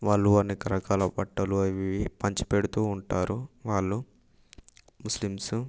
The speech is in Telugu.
వాళ్ళు అనేక రకాల బట్టలు అవి ఇవి పంచి పెడుతూ ఉంటారు వాళ్ళు ముస్లిమ్స్